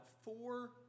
four